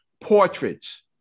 portraits